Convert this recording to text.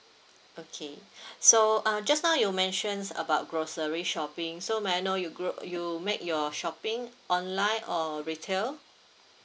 okay so uh just now you mentions about grocery shopping so may I know you gro~ you make your shopping online or retail